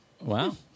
Wow